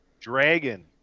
Dragon